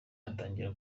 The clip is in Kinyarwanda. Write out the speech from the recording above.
atangire